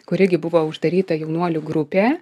kur irgi buvo uždaryta jaunuolių grupė